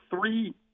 three